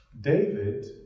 David